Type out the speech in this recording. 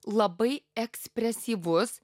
labai ekspresyvus